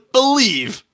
believe